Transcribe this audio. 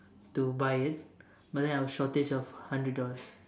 to buy it but then I was shortage of hundred dollars